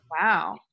Wow